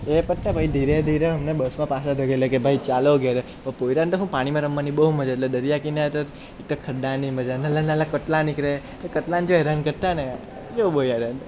એ પતે પછી ધીરે ધીરે અમને બસમાં પાછા ધકેલે કે ભાઈ ચાલો ઘેરે પણ પોયરાન તો હું પાણીમાં રમવાની બહુ મજા એટલે દરિયા કિનારે તો એ તો ખડ્ડાની મજા નાના નાના કોટલા નીકરે કટલાને જે હેરાન કરતાં ને